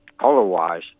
color-wise